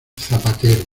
zapatero